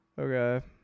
Okay